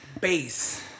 Base